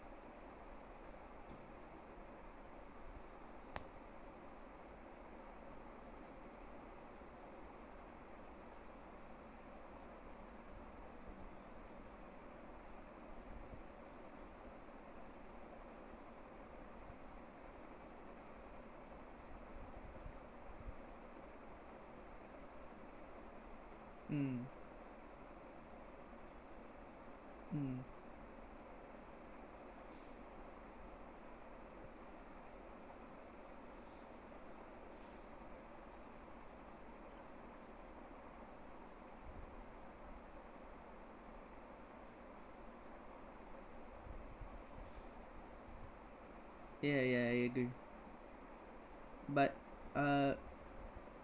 mm mm yah yah I agree but uh